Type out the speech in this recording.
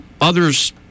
others